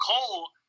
Cole